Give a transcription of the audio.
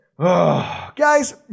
Guys